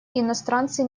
иностранцы